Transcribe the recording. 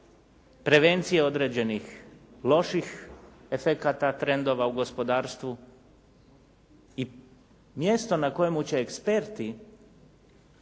prevencije određenih loših efekata, trendova u gospodarstvu i mjesto na kojemu će eksperti